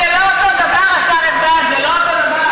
באיזה תנאים צריך להחזיק אותם,